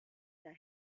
that